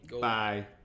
Bye